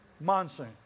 monsoon